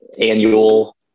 annual